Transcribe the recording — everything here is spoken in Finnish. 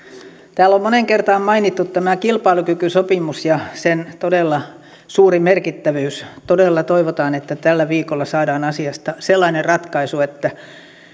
täällä on moneen kertaan mainittu kilpailukykysopimus ja sen todella suuri merkittävyys todella toivotaan että tällä viikolla saadaan asiasta sellainen ratkaisu että